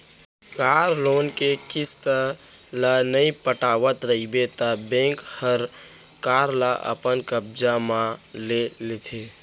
car loan के किस्त ल नइ पटावत रइबे त बेंक हर कार ल अपन कब्जा म ले लेथे